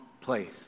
place